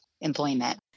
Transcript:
employment